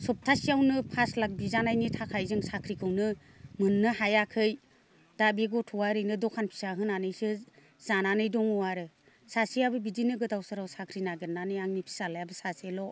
सबथासेयावनो फास लाख बिजानायनि थाखाय जों साख्रिखौनो मोननो हायाखै दा बे गथ'आ ओरैनो दखान फिसा होनानैसो जानानै दङ आरो सासेयाबो बिदिनो गोदाव सोराव साख्रि नागेरनानै आंनि फिसालायाबो सासेल'